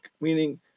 Meaning